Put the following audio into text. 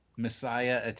messiah